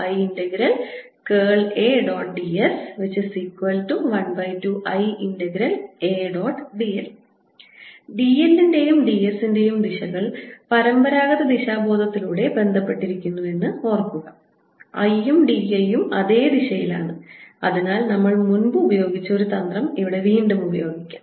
dl d l ൻറെയും d s ൻറെയും ദിശകൾ പരമ്പരാഗത ദിശാബോധത്തിലൂടെ ബന്ധപ്പെട്ടിരിക്കുന്നു എന്ന് ഓർക്കുക I യും d I യും അതേ ദിശയിലാണ് അതിനാൽ നമ്മൾ മുമ്പ് ഉപയോഗിച്ച ഒരു തന്ത്രം വീണ്ടും ഉപയോഗിക്കുന്നു